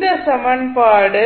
இந்த சமன்பாடு